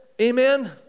Amen